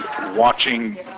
watching